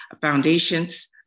foundations